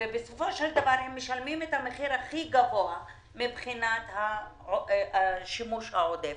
שמחייב אותם לשלם מחיר גבוה על השימוש העודף.